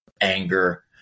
anger